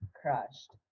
crushed